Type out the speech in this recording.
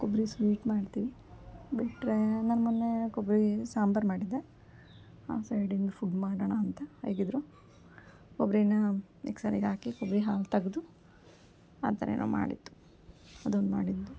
ಕೊಬ್ಬರಿ ಸ್ವೀಟ್ ಮಾಡ್ತೀವಿ ಬಿಟ್ಟರೆ ನಾನು ಮೊನ್ನೆ ಕೊಬ್ಬರಿ ಸಾಂಬಾರು ಮಾಡಿದ್ದೆ ಆ ಸೈಡಿನ ಫುಡ್ ಮಾಡೋಣ ಅಂತ ಹೇಗಿದ್ರು ಕೊಬ್ಬರಿನ ಮಿಕ್ಸರಿಗೆ ಹಾಕಿ ಕೊಬ್ಬರಿ ಹಾಲು ತೆಗ್ದು ಆ ಥರ ಏನೋ ಮಾಡಿದ್ದು ಅದೊಂದು ಮಾಡಿದ್ದು